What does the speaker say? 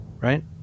right